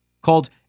called